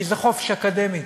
כי זה חופש אקדמי.